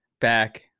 back